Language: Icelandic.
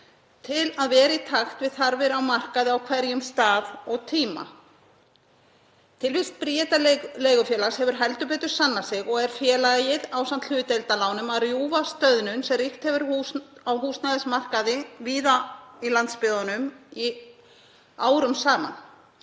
til að vera í takt við þarfir á markaði á hverjum stað og tíma. Tilvist Bríetar leigufélags hefur heldur betur sannað sig og er félagið ásamt hlutdeildarlánum að rjúfa stöðnun sem ríkt hefur á húsnæðismarkaði víða á landsbyggðinni í árum saman.